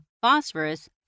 phosphorus